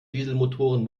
dieselmotoren